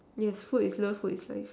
yes food is love food is life